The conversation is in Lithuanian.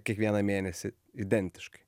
kiekvieną mėnesį identiškai